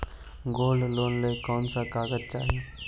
Gold loan ला कौन कौन कागजात चाही?